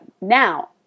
Now